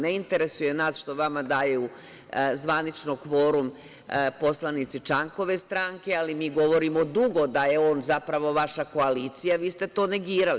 Ne interesuje nas što vama daju zvanično kvorum poslanici Čankove stranke, ali mi govorimo dugo da je on zapravo vaša koalicija, a vi ste to negirali.